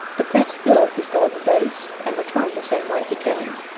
the prince filled his golden vase and returned the same way he came.